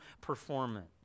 performance